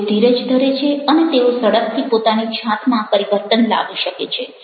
તેઓ ધીરજ ધરે છે અને તેઓ ઝડપથી પોતાની જાતમાં પરિવર્તન લાવી શકે છે